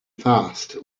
fast